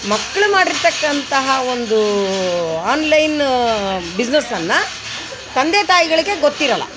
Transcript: ಮಕ್ಳು ಮಾಡಿರ್ತಕ್ಕಂತಹ ಒಂದು ಆನ್ ಲೈನ್ ಬಿಸ್ನೆಸ್ ಅನ್ನು ತಂದೆ ತಾಯಿಗಳಿಗೆ ಗೊತ್ತಿರೋಲ್ಲ